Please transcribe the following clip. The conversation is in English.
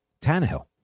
Tannehill